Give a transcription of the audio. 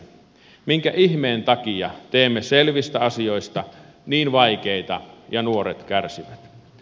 minkä ihmeen takia teemme selvistä asioista niin vaikeita ja nuoret kärsivät